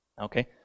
Okay